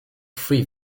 free